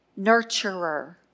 nurturer